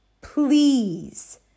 Please